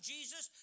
Jesus